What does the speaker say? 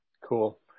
Cool